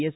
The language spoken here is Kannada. ಎಸ್